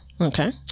Okay